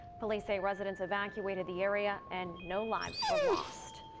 police say residents evacuated the area. and no lives were lost.